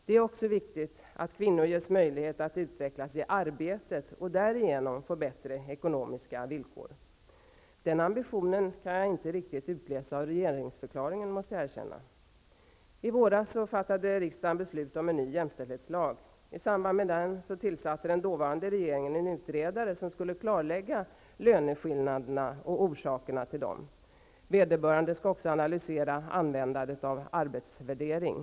Det är också viktigt att kvinnor ges möjlighet att utvecklas i arbetet och därigenom får bättre ekonomiska villkor. Den ambitionen, måste jag erkänna, kan jag inte riktigt utläsa av regeringsförklaringen. I våras fattade riksdagen beslut om en ny jämställdhetslag. I samband med den tillsatte den dåvarande regeringen en utredare med uppgift att klarlägga löneskillnaderna och orsakerna till dem. Vederbörande skulle också analysera användandet av arbetsvärdering.